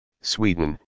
Sweden